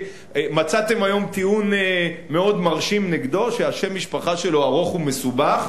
מצאתם היום טיעון מאוד מרשים נגדו: ששם המשפחה שלו ארוך ומסובך.